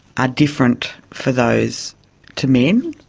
are different for those to men?